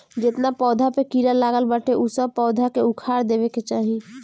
जेतना पौधा पे कीड़ा लागल बाटे उ सब पौधा के उखाड़ देवे के चाही